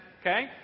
okay